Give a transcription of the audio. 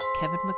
Kevin